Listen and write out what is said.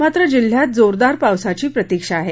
मात्र जिल्ह्यात जोरदार पावसाची प्रतिक्षा आहे